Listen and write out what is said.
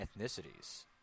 ethnicities